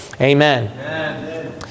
Amen